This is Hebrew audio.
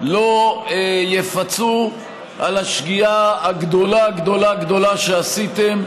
לא יפצו על השגיאה הגדולה גדולה שעשיתם,